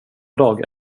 dag